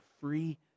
free